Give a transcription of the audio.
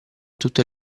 tutte